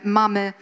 mamy